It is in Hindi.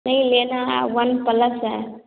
नहीं लेना है वन प्लस है